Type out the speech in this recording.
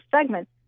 segment